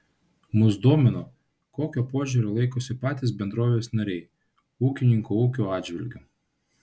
mus domino kokio požiūrio laikosi patys bendrovės nariai ūkininko ūkio atžvilgiu